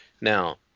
Now